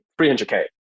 300k